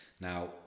Now